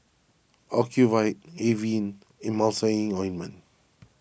Ocuvite Avene Emulsying Ointment